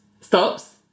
Stops